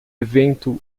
evento